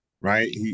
Right